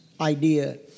idea